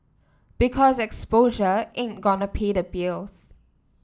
because 'exposure' ain't gonna pay the bills